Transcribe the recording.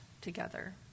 together